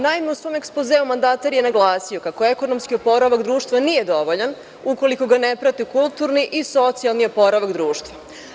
Naime, u svom ekspozeu mandatar je naglasio kako ekonomski oporavak društva nije dovoljan ukoliko ga ne prate kulturni i socijalni oporavak društva.